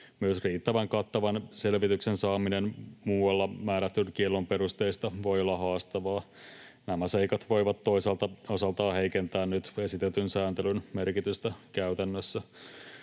Myös riittävän kattavan selvityksen saaminen muualla määrätyn kiellon perusteista voi olla haastavaa. Nämä seikat voivat toisaalta osaltaan heikentää nyt esitetyn sääntelyn merkitystä käytännössä.